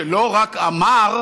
שלא רק אמר,